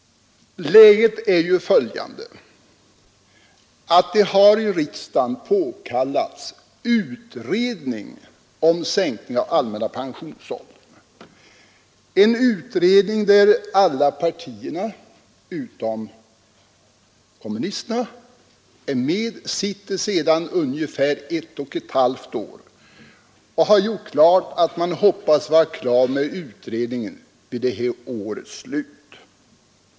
Läget är ju följande. Det har i riksdagen påkallats utredning om sänkning av den allmänna pensionsåldern. En utredning i vilken alla partier utom kommunisterna är med arbetar sedan ungefär ett och ett halvt år tillbaka och har. gjort klart att man hoppas vara färdig vid årets slut.